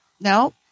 no